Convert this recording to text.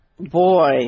Boy